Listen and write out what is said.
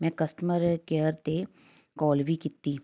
ਮੈਂ customer care 'ਤੇ call ਵੀ ਕੀਤੀ